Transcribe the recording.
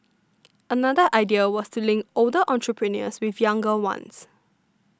another idea was to link older entrepreneurs with younger ones